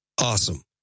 Awesome